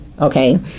okay